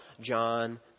John